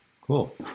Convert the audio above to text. Cool